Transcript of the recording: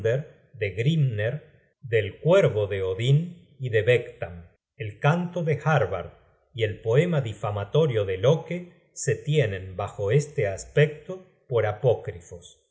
de grimner del cuervo de odin y de vegtam el canto de harbard y el poema difamatorio de locke se tienen bajo este aspecto por apócrifos